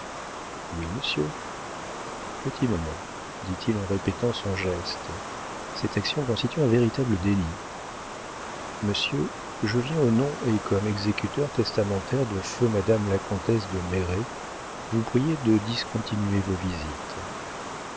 oui monsieur petit moment dit-il en répétant son geste cette action constitue un véritable délit monsieur je viens au nom et comme exécuteur testamentaire de feu madame la comtesse de merret vous prier de discontinuer vos visites